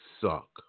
suck